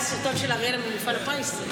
על הסרטון של אראלה ממפעל הפיס?